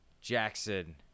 Jackson